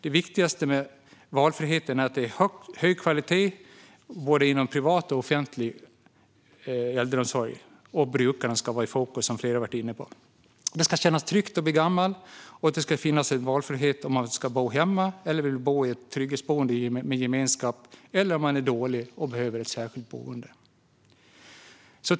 Det viktigaste med valfriheten är att kvaliteten är hög inom både privat och offentlig äldreomsorg, och brukaren ska vara i fokus. Det ska kännas tryggt att bli gammal. Det ska finnas en valfrihet att få bo hemma, i ett trygghetsboende med gemenskap eller i ett särskilt boende om man är dålig.